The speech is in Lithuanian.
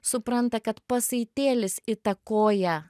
supranta kad pasaitėlis įtakoja